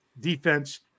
defense